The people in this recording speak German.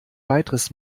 weiteres